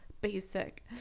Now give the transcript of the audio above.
basic